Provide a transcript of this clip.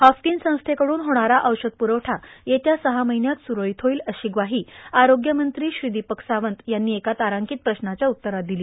Haffkine संस्थेकडून होणारा औषध पुरवठा येत्या सहा महिन्यात सुरळीत होईल अशी ग्वाही आरोग्यमंत्री श्री दीपक सावंत यांनी एका तारांकित प्रश्नाच्या उत्तरात दिली